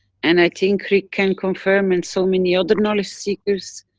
and i think rick can confirm and so many other knowledge seekers,